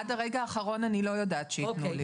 עד הרגע האחרון אני לא יודעת שייתנו לי.